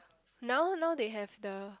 now now they have the